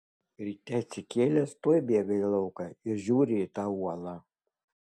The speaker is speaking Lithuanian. ryte atsikėlęs tuoj bėga į lauką ir žiūrį į tą uolą